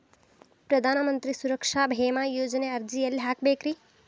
ಪ್ರಧಾನ ಮಂತ್ರಿ ಸುರಕ್ಷಾ ಭೇಮಾ ಯೋಜನೆ ಅರ್ಜಿ ಎಲ್ಲಿ ಹಾಕಬೇಕ್ರಿ?